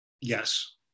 Yes